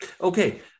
Okay